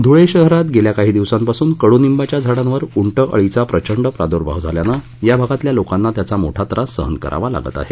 धुळे शहरात गेल्याकाही दिवसांपासून कडूनिबाच्या झाडांवर उंट अळींचा प्रचंड प्रादुर्भाव झाल्याने या भागातील लोकांना त्याचा मोठा त्रास सहन करावा लागत आहे